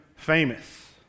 famous